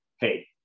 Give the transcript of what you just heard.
hey